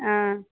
हँ